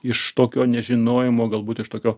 iš tokio nežinojimo galbūt iš tokio